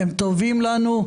טובים לנו,